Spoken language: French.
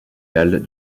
galles